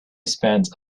spent